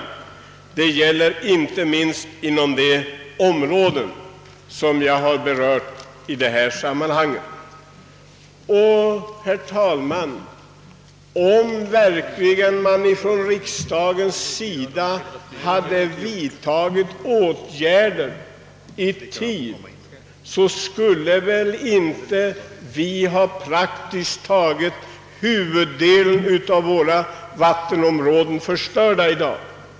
Detta gäller inte minst det område som jag här berört. Om riksdagen hade. vidtagit åtgärder i tid, skulle inte huvuddelen av. våra vattenområden vara förstörda i dag.